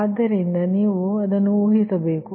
ಆದ್ದರಿಂದ ನಾವು ಅದನ್ನು ಊಹಿಸಬೇಕು